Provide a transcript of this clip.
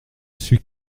suis